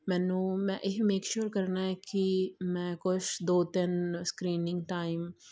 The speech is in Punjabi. ਮੈਨੂੰ ਮੈਂ ਇਹ ਮੇਕ ਸ਼ਿਓਰ ਕਰਨਾ ਹੈ ਕਿ ਮੈਂ ਕੁਛ ਦੋ ਤਿੰਨ ਸਕਰੀਨਿੰਗ ਟਾਈਮ